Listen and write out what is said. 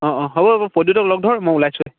অ' হ'ব হ'ব প্ৰদ্যুতক লগ ধৰ মই ওলাইছোঁৱে